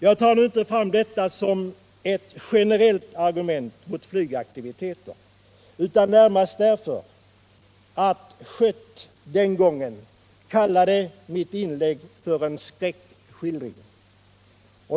Jag tar nu inte fram detta som ett generellt argument mot flygaktiviteter utan närmast därför att Lars Schött den gången kallade mitt inlägg för en skräckskildring.